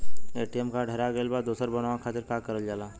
ATM card हेरा गइल पर दोसर बनवावे खातिर का करल जाला?